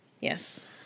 yes